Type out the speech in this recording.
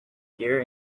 gear